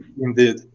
Indeed